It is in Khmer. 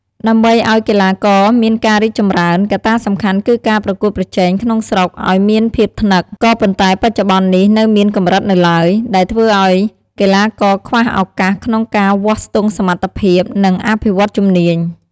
ដើម្បីឱ្យកីឡាករមានការរីកចម្រើន កត្តាសំខាន់គឺការប្រកួតប្រជែងក្នុងស្រុកឲ្យមានភាពថ្នឹក ក៏ប៉ុន្តែបច្ចុប្បន្ននេះនៅមានកម្រិតនៅឡើយ ដែលធ្វើឱ្យកីឡាករខ្វះឱកាសក្នុងការវាស់ស្ទង់សមត្ថភាព និងអភិវឌ្ឍជំនាញ។